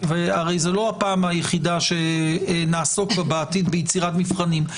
זאת לא הפעם היחידה שנעסוק בה בעתיד ביצירת מבחנים.